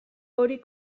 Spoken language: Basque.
hori